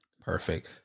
Perfect